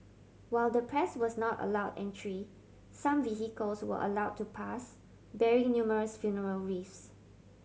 while the press was not allowed entry some vehicles were allowed to pass bearing numerous funeral wreath